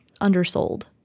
undersold